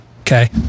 okay